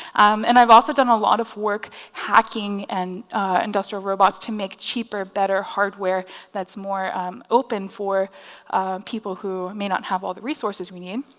and i've also done a lot of work hacking and industrial robots to make cheaper, better hardware that's more open for people who may not have all the resources we need.